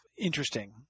interesting